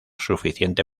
suficiente